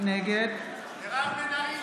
נגד מירב בן ארי,